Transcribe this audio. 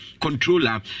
controller